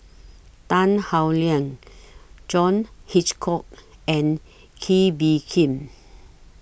Tan Howe Liang John Hitchcock and Kee Bee Khim